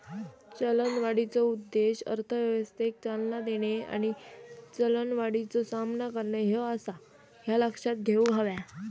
चलनवाढीचो उद्देश अर्थव्यवस्थेक चालना देणे आणि चलनवाढीचो सामना करणे ह्यो आसा, ह्या लक्षात घेऊक हव्या